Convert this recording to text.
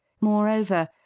moreover